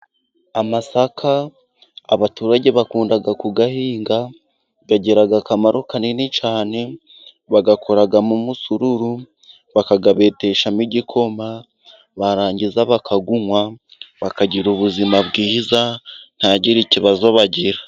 Amasaka abaturage bakunda kuyahinga, agira akamaro kanini cyane, bayakoramo umusururu, bakabeteshamo igikoma, barangiza bakawunywa, bakagira ubuzima bwiza, ntihagire ikibazo bagira.